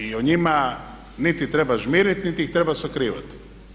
I o njima niti treba žmiriti niti ih treba sakrivati.